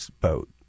boat